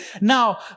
Now